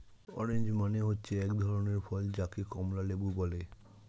orange মানে হচ্ছে এক ধরনের ফল যাকে কমলা লেবু বলে